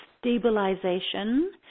Stabilization